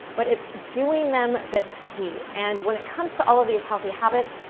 but it's doing them that's key. and when it comes to all of these healthy habits,